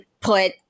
put